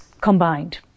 combined